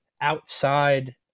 outside